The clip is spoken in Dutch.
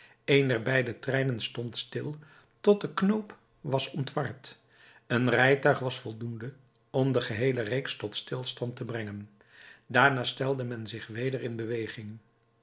een der beide treinen stond stil tot de knoop was ontward een rijtuig was voldoende om de geheele reeks tot stilstand te brengen daarna stelde men zich weder in beweging